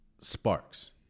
Sparks